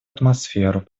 атмосферу